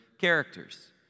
characters